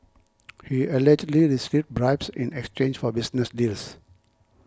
he allegedly received bribes in exchange for business deals